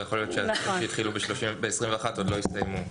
ויכול להיות שהליכים שהתחילו ב-2021 עוד לא הסתיימו.